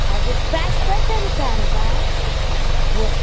हजुर प्राइस कसरी छ अन्त भयो